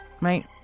Right